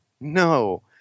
no